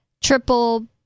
triple